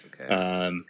Okay